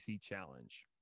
Challenge